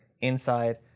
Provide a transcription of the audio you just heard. inside